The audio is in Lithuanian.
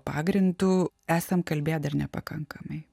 pagrindu esam kalbėję dar nepakankamai